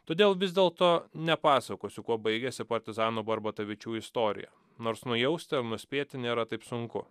todėl vis dėlto nepasakosiu kuo baigėsi partizanų barbtavičių istorija nors nujausti ar nuspėti nėra taip sunku